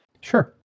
Sure